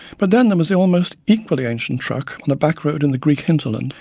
but then there was the almost equally ancient truck on a back road in the greek hinterland.